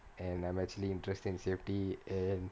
and I'm actually interested in safety and